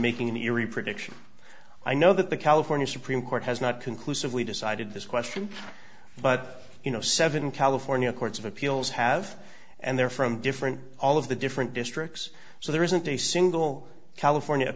making an eerie prediction i know that the california supreme court has not conclusively decided this question but you know seven california courts of appeals have and they're from different all of the different districts so there isn't a single california